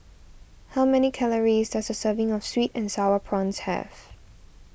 how many calories does a serving of Sweet and Sour Prawns have